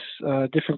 different